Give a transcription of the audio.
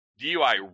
DUI